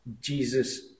jesus